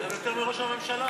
גם יותר מראש הממשלה.